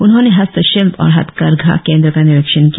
उन्होंने हस्तशिल्प और हथकरघा केंद्र का निरीक्षण किया